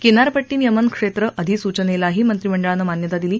किनारीपट्टीनियमन क्षेत्र अधिसूचनेलाही मंत्रीमंडळानं आज मान्यता दिली